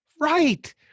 Right